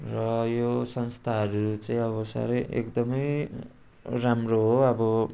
र यो संस्थाहरू चाहिँ अब साह्रै एकदमै राम्रो हो अब